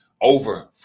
over